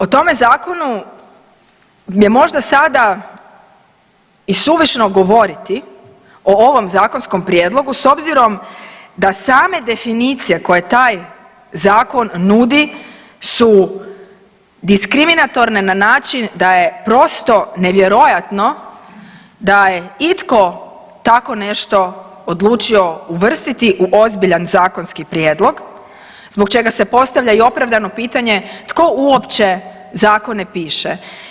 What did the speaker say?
O tome zakonu mi je možda sada i suvišno govoriti o ovom zakonskom prijedlogu s obzirom da same definicije koje taj zakon nudi su diskriminatorne na način da je prosto nevjerojatno da je itko tako nešto odlučio uvrstiti u ozbiljan zakonski prijedlog, zbog čega se postavlja i opravdano pitanje tko uopće zakone piše.